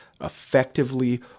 effectively